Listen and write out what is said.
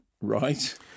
right